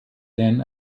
then